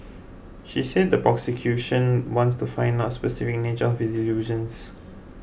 she said the prosecution wants to find out the specific nature of his delusions